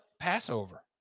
Passover